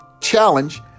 challenge